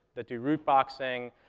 that do root boxing,